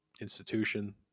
institution